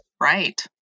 Right